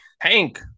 hank